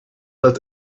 let